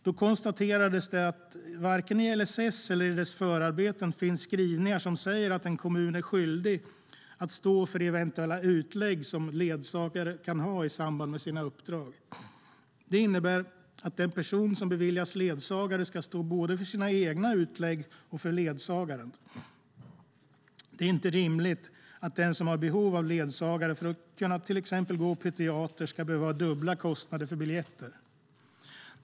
Då konstaterades att det varken i LSS eller i dess förarbeten finns skrivningar som säger att en kommun är skyldig att stå för eventuella utlägg som ledsagare kan ha i samband med sina uppdrag. Det innebär att den person som beviljats ledsagare ska stå både för sina egna utlägg och för ledsagarens. Det är inte rimligt att den som har behov av ledsagare för att kunna till exempel gå på teater ska behöva ha dubbla kostnader för biljetter.